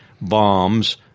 bombs